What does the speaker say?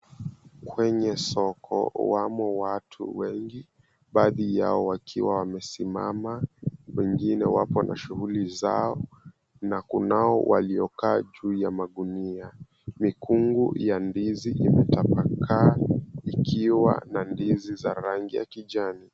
Kwenye soko ama watu wengi. Baadhi yao wakiwa wamesimama, wengine wapo na shughuli zao na kunao waliokaa juu ya magunia. Mikungu ya ndizi imetapakaa ikiwa na ndizi za rangi ya kijani.